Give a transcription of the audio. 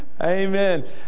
Amen